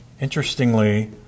interestingly